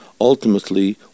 ultimately